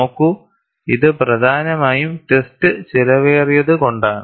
നോക്കൂ ഇത് പ്രധാനമായും ടെസ്റ്റ് ചെലവേറിയതു കൊണ്ടാണ്